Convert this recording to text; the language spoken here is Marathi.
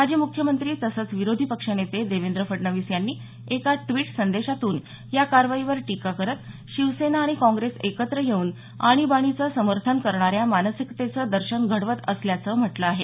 माजी म्ख्यमंत्री तसंच विरोधी पक्षनेते देवेंद्र फडणवीस यांनी एका ट्वीट संदेशातून या कारवाईवर टीका करत शिवसेना आणि काँग्रेस एकत्र येऊन आणिबाणीचं समर्थन करणाऱ्या मानसिकतेचं दर्शन घडवत असल्याच म्हटल आहे